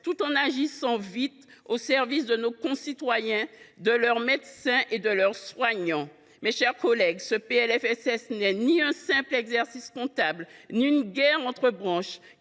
tout en agissant vite au service de nos concitoyens, de leurs médecins et de leurs soignants ? Mes chers collègues, ce PLFSS n’est ni un simple exercice comptable ni une guerre entre branches,